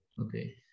Okay